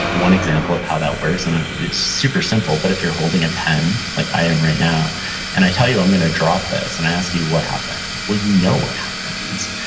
one example of how that works and and it's super simple, but, if you're holding a pen like i am right now and i tell you i'm gonna drop this and i ask you what happens, well, you know what happens,